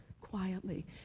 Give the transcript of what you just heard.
quietly